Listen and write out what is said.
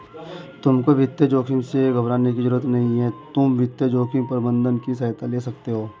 तुमको वित्तीय जोखिम से घबराने की जरूरत नहीं है, तुम वित्तीय जोखिम प्रबंधन की सहायता ले सकते हो